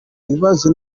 ibibazo